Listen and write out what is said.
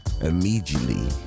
immediately